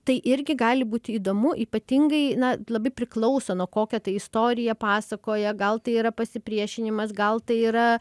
tai irgi gali būti įdomu ypatingai na labai priklauso nu kokią tai istoriją pasakoja gal tai yra pasipriešinimas gal tai yra